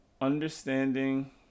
understanding